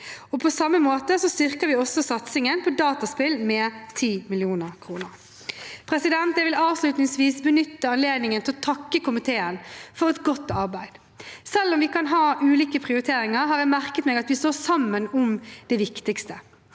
På samme måte styrker vi satsingen på dataspill med 10 mill. kr. Jeg vil avslutningsvis benytte anledningen til å takke komiteen for et godt arbeid. Selv om vi kan ha ulike prioriteringer, har jeg merket meg at vi står sammen om det viktigste.